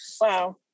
wow